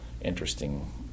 interesting